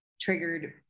triggered